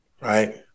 right